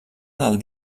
del